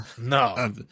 No